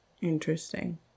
Interesting